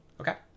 okay